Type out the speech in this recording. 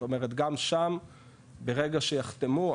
זאת אומרת שגם שם ברגע שיחתמו,